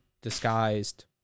disguised